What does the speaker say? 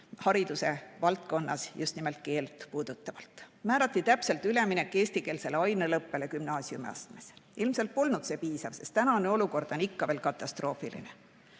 hariduse valdkonnas just nimelt keelt puudutavalt: määrati täpselt üleminek eestikeelsele aineõppele gümnaasiumiastmes. Ilmselt polnud see piisav, sest praegune olukord on ikka veel katastroofiline.